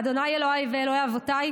ה' אלוהיי ואלוהי אבותיי,